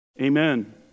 amen